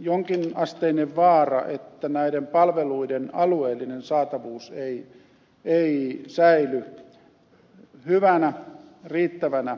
jonkinasteinen vaara että näiden palveluiden alueellinen saatavuus ei säily hyvänä riittävänä